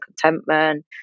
contentment